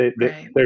Right